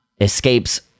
escapes